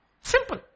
Simple